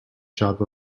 job